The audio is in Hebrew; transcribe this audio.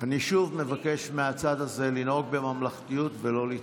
אני שוב מבקש מהצד הזה לנהוג בממלכתיות ולא לצעוק.